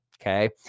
Okay